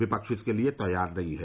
विपक्ष इसके लिए तैयार नहीं है